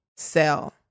sell